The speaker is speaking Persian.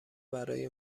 برای